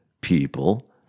people